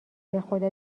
بخدا